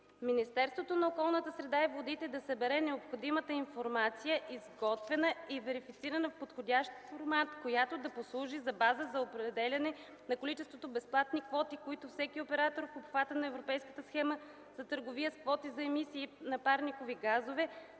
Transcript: Министерството на околната среда и водите да събере необходимата информация, изготвена и верифицирана в подходящ формат, която да послужи за база за определяне на количеството безплатни квоти, което всеки оператор в обхвата на Европейската схема за търговия с квоти за емисии на парникови газове